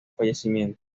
fallecimiento